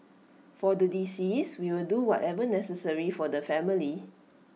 for the deceased we will do whatever necessary for the family